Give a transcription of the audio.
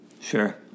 Sure